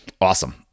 Awesome